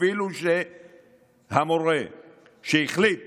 אפילו שהמורה שהחליט אמר: